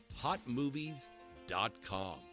Hotmovies.com